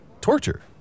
torture